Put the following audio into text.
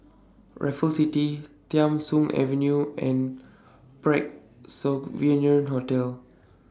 Raffles City Tham Soong Avenue and Parc Sovereign Hotel